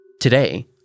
Today